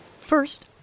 First